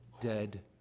dead